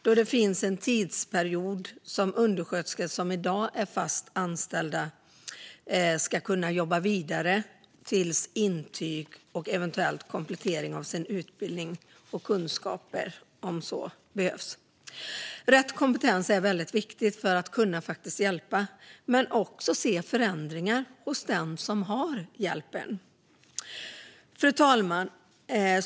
Det kommer vidare att finnas en tidsperiod där i dag fast anställda undersköterskor kan jobba vidare till dess intyg finns och eventuell komplettering av utbildning och kunskaper har genomförts. Rätt kompetens är viktigt för att ge hjälp och även se förändringar hos den som har hjälpen. Fru talman!